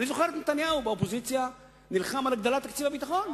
אני זוכר את נתניהו באופוזיציה נלחם על הגדלת תקציב הביטחון.